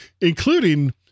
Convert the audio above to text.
including